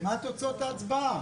מה תוצאות ההצבעה?